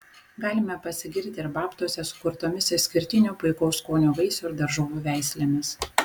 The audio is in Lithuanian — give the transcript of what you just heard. galime pasigirti ir babtuose sukurtomis išskirtinio puikaus skonio vaisių ir daržovių veislėmis